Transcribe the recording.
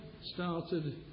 started